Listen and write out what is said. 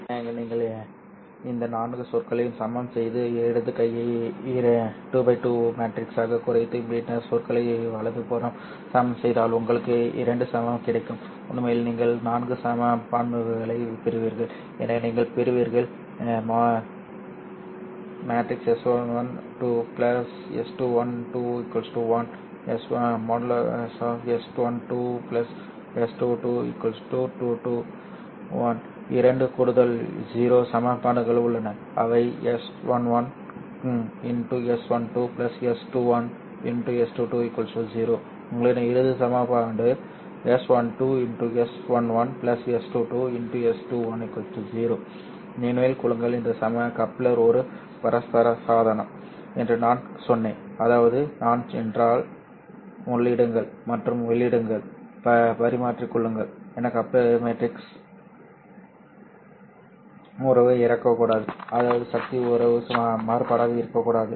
தனித்தனியாக நீங்கள் இந்த நான்கு சொற்களையும் சமன் செய்து இடது கையை 2 x 2 மேட்ரிக்ஸாகக் குறைத்து பின்னர் சொற்களை வலது புறம் சமன் செய்தால் உங்களுக்கு 2 சமம் கிடைக்கும் உண்மையில் நீங்கள் நான்கு சமன்பாடுகளைப் பெறுவீர்கள் எனவே நீங்கள் பெறுவீர்கள் | s11 | 2 | s21 | 2 1 | s12 | 2 | s22 | 2 1 இரண்டு கூடுதல் 0 சமன்பாடுகள் உள்ளன அவை s11 s12 s21 s22 0 உங்களிடம் இறுதி சமன்பாடு s12 s11 s22 s21 0 நினைவில் கொள்ளுங்கள் இந்த கப்ளர் ஒரு பரஸ்பர சாதனம் என்று நான் சொன்னேன் அதாவது நான் என்றால் உள்ளீடுகள் மற்றும் வெளியீடுகளை பரிமாறிக் கொள்ளுங்கள் என் கப்ளர் மேட்ரிக்ஸ் உறவு இருக்கக்கூடாது அதாவது சக்தி உறவு மாறுபாடாக இருக்கக்கூடாது